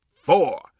four